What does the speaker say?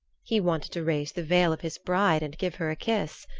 he wanted to raise the veil of his bride and give her a kiss.